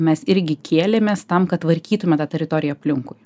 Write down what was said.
mes irgi kėlėmės tam kad tvarkytume tą teritoriją aplinkui